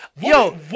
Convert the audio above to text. Yo